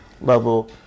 level